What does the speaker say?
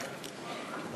(חותם על ההצהרה) חבר